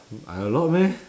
I a lot meh